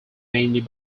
mainly